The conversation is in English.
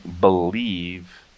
believe